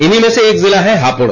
इन्हीं में से एक जिला है हापुड़